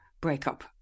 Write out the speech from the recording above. breakup